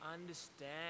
understand